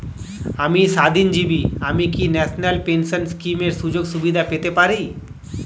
আমি স্বাধীনজীবী আমি কি ন্যাশনাল পেনশন স্কিমের সুযোগ সুবিধা পেতে পারি?